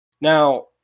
Now